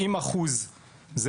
כ- 70% ממעשי הרצח,